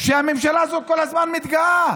שהממשלה הזאת כל הזמן מתגאה: